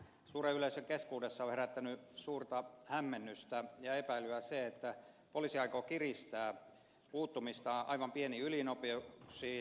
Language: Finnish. suuren yleisön keskuudessa on herättänyt suurta hämmennystä ja epäilyä se että poliisi aikoo kiristää puuttumista aivan pieniin ylinopeuksiin